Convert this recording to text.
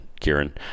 Kieran